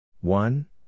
One